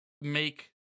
make